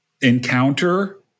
encounter